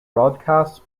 broadcasts